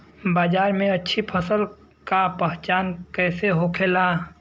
बाजार में अच्छी फसल का पहचान कैसे होखेला?